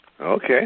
Okay